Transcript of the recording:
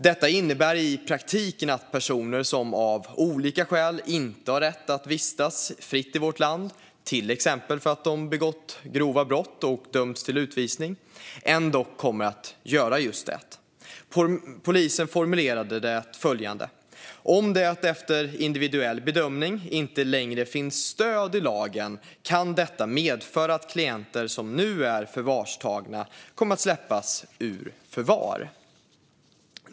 Detta innebär i praktiken att personer som av olika skäl inte har rätt att vistas fritt i vårt land - till exempel för att de har begått grova brott och dömts till utvisning - ändock kommer att få göra just det. Polisen formulerade det på följande sätt: Om det, efter individuell bedömning, inte längre finns stöd i lagen kan detta medföra att klienter som nu är förvarstagna kommer att släppas ur förvar.